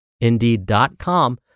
indeed.com